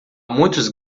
muitos